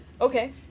okay